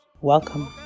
welcome